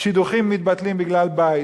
שידוכים מתבטלים בגלל בית.